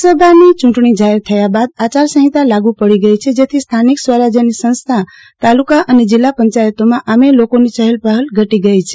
લોકસભાની ચૂંટણી જાહેર થયા બાદ અાચાર સંફિતા લાગુ પડી ગઈ છે જેથી સ્થાનિક સ્વરાજની સંસ્થાઅો તાલુકા અને જિલ્લા પંચાયતોમાં અામેય લોકોની ચફલપફલ ઘટી ગઈ છે